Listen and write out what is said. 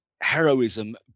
heroism